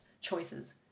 choices